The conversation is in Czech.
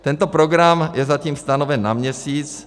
Tento program je zatím stanoven na měsíc.